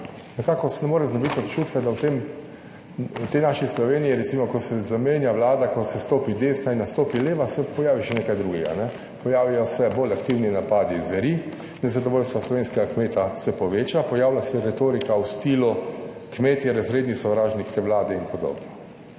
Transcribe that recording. nekako se ne morem znebiti občutka, da v tej naši Sloveniji, recimo, ko se zamenja vlada, ko se stopi desna in nastopi leva, se pojavi še nekaj drugega. Pojavijo se bolj aktivni napadi zveri, nezadovoljstvo slovenskega kmeta se poveča, pojavlja se retorika v stilu: kmet je razredni sovražnik te vlade in podobno.